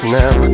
now